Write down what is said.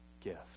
gift